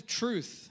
truth